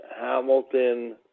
Hamilton